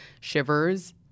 shivers